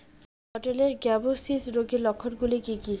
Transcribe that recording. পটলের গ্যামোসিস রোগের লক্ষণগুলি কী কী?